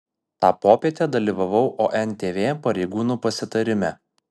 tą popietę dalyvavau ontv pareigūnų pasitarime